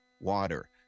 water